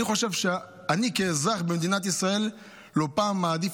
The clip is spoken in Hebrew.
אני חושב שאני כאזרח במדינת ישראל לא פעם מעדיף